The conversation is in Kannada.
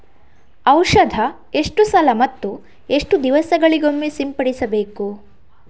ಔಷಧ ಎಷ್ಟು ಸಲ ಮತ್ತು ಎಷ್ಟು ದಿವಸಗಳಿಗೊಮ್ಮೆ ಸಿಂಪಡಿಸಬೇಕು?